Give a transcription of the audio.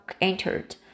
entered